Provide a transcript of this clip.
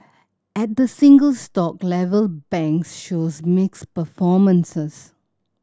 at the single stock level banks shows mixed performances